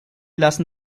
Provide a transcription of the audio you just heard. lassen